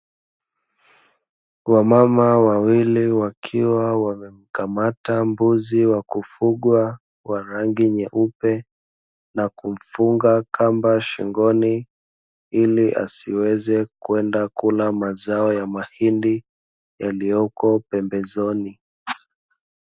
Wamama wawili wakiwa wamekamata mbuzi wa kufugwa wa rangi nyeupe na kumfunga kamba shingoni ili asiweze kwenda kula mazao ya mahindi yaliyoko pembezoni.